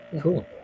Cool